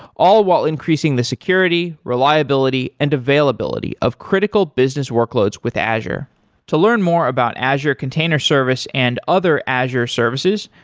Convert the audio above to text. all while increasing the security, reliability and availability of critical business workloads with azure to learn more about azure container service and other azure services,